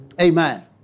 Amen